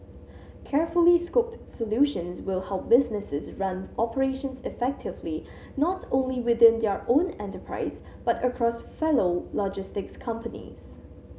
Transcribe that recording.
carefully scoped solutions will help businesses run operations effectively not only within their own enterprise but across fellow logistics companies